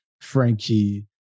Frankie